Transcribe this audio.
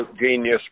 genius